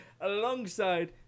alongside